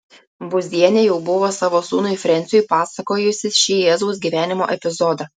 būzienė jau buvo savo sūnui frensiui pasakojusi šį jėzaus gyvenimo epizodą